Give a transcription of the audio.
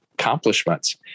accomplishments